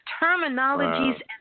terminologies